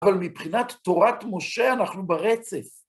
אבל מבחינת תורת משה אנחנו ברצף.